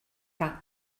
que